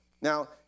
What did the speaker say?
Now